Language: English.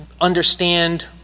understand